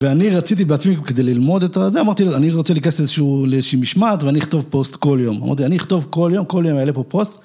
ואני רציתי בעצמי כדי ללמוד את זה, אמרתי לו, אני רוצה להיכנס לאיזשהי משמעת, ואני אכתוב פוסט כל יום. אמרתי, אני אכתוב כל יום, כל יום אעלה פה פוסט.